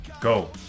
go